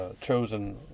chosen